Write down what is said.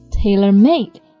tailor-made